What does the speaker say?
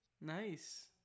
Nice